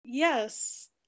Yes